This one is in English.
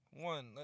One